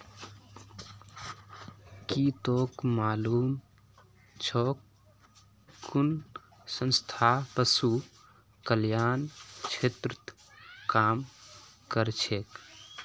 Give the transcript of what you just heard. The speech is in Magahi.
की तोक मालूम छोक कुन संस्था पशु कल्याण क्षेत्रत काम करछेक